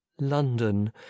london